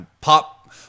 Pop